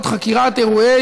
תומכים.